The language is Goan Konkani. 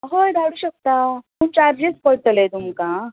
हय धाडूं शकता पूण चार्जीस पडटले तुमकां आ